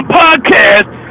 podcast